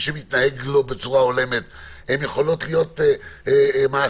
שמתנהג בצורה לא הולמת יכולות להיות מעשיות,